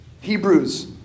Hebrews